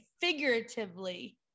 figuratively